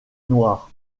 noir